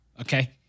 okay